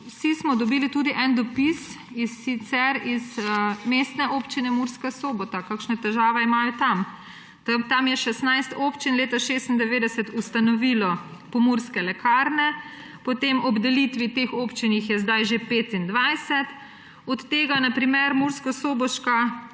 vsi smo dobili tudi en dopis, in sicer iz Mestne občine Murska Sobota, kakšne težave imajo tam. Tam je 16 občin leta 1996 ustanovilo Pomurske lekarne, potem ob delitvi teh občin jih je zdaj že 25, od tega se na primer v murskosoboški